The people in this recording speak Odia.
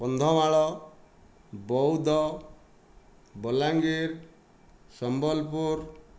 କନ୍ଧମାଳ ବୌଦ୍ଧ ବଲାଙ୍ଗୀର ସମ୍ବଲପୁର